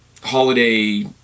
Holiday